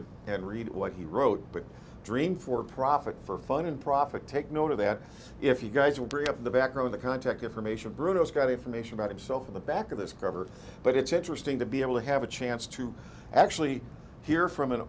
it and read what he wrote but dream for profit for fun and profit take note of that if you guys will bring up the back row the contact information bruno's got information about himself in the back of his cover but it's interesting to be able to have a chance to actually hear from an